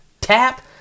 tap